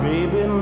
Baby